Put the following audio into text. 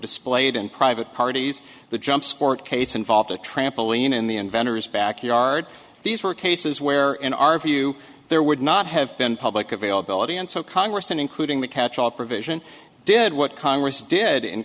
displayed in private parties the jump sport case involved a trampoline in the inventor's backyard these were cases where in our view there would not have been public availability and so congress including the catch all provision did what congress did in